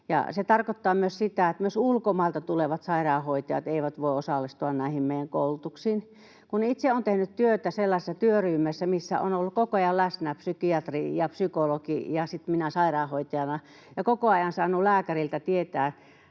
se tarkoittaa myös sitä, että myöskään ulkomailta tulevat sairaanhoitajat eivät voi osallistua näihin meidän koulutuksiin. Kun itse olen tehnyt työtä sellaisessa työryhmässä, missä on ollut koko ajan läsnä psykiatri ja psykologi ja sitten minä sairaanhoitajana, ja koko ajan olen saanut lääkäriltä tietää